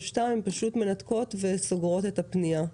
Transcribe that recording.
שתיים הן פשוט מנתקות וסוגרות את הפנייה?